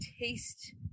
taste